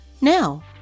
Now